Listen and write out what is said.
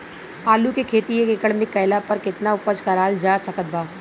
आलू के खेती एक एकड़ मे कैला पर केतना उपज कराल जा सकत बा?